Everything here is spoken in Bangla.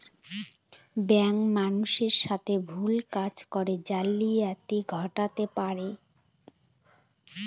ব্যাঙ্ক মানুষের সাথে ভুল কাজ করে জালিয়াতি ঘটাতে পারে